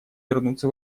вернуться